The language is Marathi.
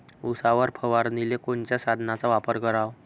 उसावर फवारनीले कोनच्या साधनाचा वापर कराव?